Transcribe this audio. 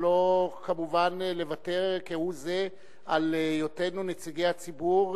אבל כמובן לא לוותר כהוא זה על היותנו נציגי הציבור,